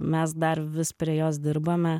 mes dar vis prie jos dirbame